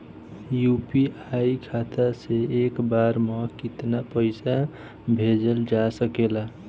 UPI खाता से एक बार म केतना पईसा भेजल जा सकेला?